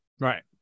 right